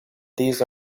these